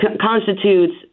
constitutes